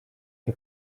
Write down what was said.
que